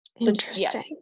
interesting